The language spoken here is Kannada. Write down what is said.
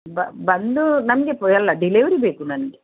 ಬ ಬಂದು ನಮಗೆ ಬ ಎಲ್ಲ ಡಿಲೆವರಿ ಬೇಕು ನನಗೆ